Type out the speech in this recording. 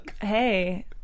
Hey